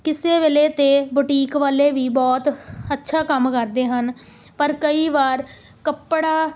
ਕਿਸੇ ਵੇਲੇ ਤਾਂ ਬੁਟੀਕ ਵਾਲੇ ਵੀ ਬਹੁਤ ਅੱਛਾ ਕੰਮ ਕਰਦੇ ਹਨ ਪਰ ਕਈ ਵਾਰ ਕੱਪੜਾ